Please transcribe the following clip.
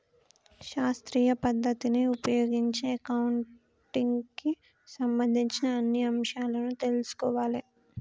శాస్త్రీయ పద్ధతిని ఉపయోగించి అకౌంటింగ్ కి సంబంధించిన అన్ని అంశాలను తెల్సుకోవాలే